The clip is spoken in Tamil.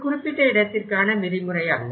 ஒரு குறிப்பிட்ட இடத்திற்கான விதி முறையல்ல